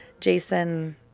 Jason